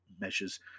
measures